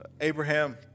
Abraham